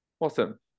Awesome